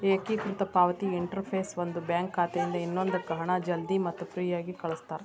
ಏಕೇಕೃತ ಪಾವತಿ ಇಂಟರ್ಫೇಸ್ ಒಂದು ಬ್ಯಾಂಕ್ ಖಾತೆಯಿಂದ ಇನ್ನೊಂದಕ್ಕ ಹಣ ಜಲ್ದಿ ಮತ್ತ ಫ್ರೇಯಾಗಿ ಕಳಸ್ತಾರ